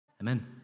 Amen